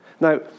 Now